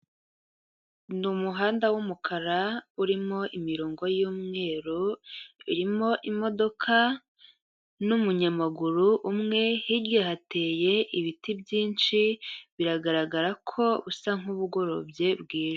Ni umuhanda w'umukara urimo imirongo y'umweru, irimo imodoka n'umunyamaguru umwe, hirya hateye ibiti byinshi biragaragara ko busa nk'ubugorobye bwijimye.